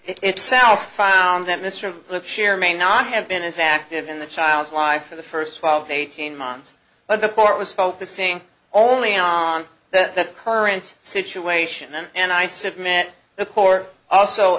itself found that mr shear may not have been as active in the child's life for the first twelve eighteen months but the court was focusing only on the current situation then and i submit the core also